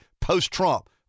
post-Trump